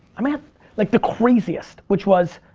i mean like the craziest which was,